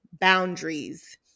boundaries